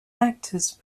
actors